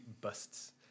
busts